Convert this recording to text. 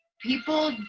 people